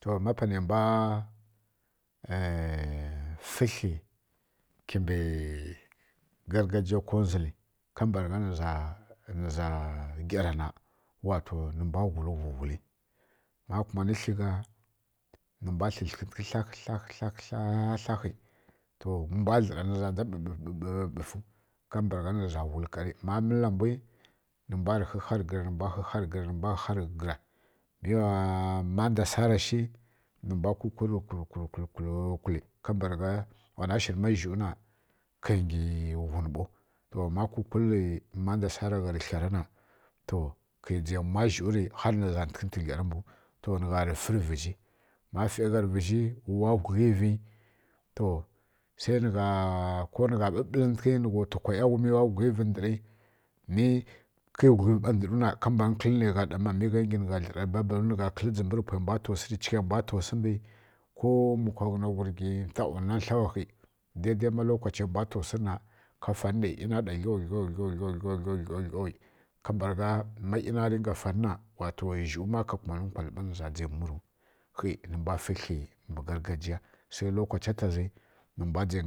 To ma panai mbwa fǝ kli kimbǝ gargajiya konwdzulǝ ka mbǝragha nǝza gyara na wato sai nǝ mbwa ghuli ghughuli ma kumanǝ kli gha nǝ mbwa tlǝ tlǝghǝntǝghi tlah tlah tlah tlah tlahi to mbwa dlǝran nza ndza ɓǝɓǝfu kambǝra gha nǝza ghulǝ ƙari ma mǝlla mbwi nǝ mbw kha kha rǝ gǝra nǝ mbw kha kha rǝ gǝra nǝ mbw kha kha rǝ gǝra nǝ mbwa kukulǝ ghunǝ ri kul kul kul kul kul kulǝ ka mbǝragha wana shiri zhuwu na ka ngi ghun ɓau to ma ku kullǝ manda sara gha rǝ klara na to kǝy dzǝgha mwa zhuwu rǝ har nǝ ghǝza ya ntuglaru to nigha rǝ fǝ rǝ vǝzhi ma fai gha rǝ vǝzhi wa ghuglivi to ko nǝgha ɓǝɓǝlǝntǝghi nǝgha nǝza ghuglivǝ ndǝri mi kǝi ghuglivǝ ɓa ndǝru na wani mbani kǝlǝ dzimbǝ chighai mbwa ta wsu mbwi ko mbi kwa ghǝna ghurgi ntau na tlau khi ma daidai lokachiyai mbwa ta wsu rǝ na ka fanǝ nai ˈyina ɗa glau glau glau glau glau glau glau kambǝragha ma ˈyina dinga fanǝ na zhuwu ma ka kumanǝ nkwalǝ ɓa nja dzai tsavu khi nǝ mbwa fǝ kli mbǝ gargajiya sai lokacha ta zi nǝmbwa je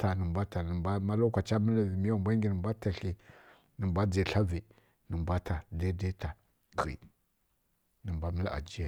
tla nǝmbwa ta ma lokacha mǝllǝn vi mi wambwa ngi nǝ mbwa ta kli nǝmbwa je tla nǝmbwa ta nǝ mba ma jika